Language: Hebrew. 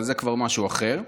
אבל זה כבר משהו אחר.